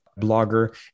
blogger